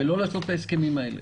ולא לעשות את ההסכמים האלה.